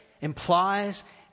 implies